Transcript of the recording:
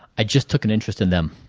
i just took an interest in them.